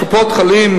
קופות-חולים,